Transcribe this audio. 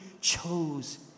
chose